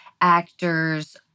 actors